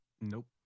Nope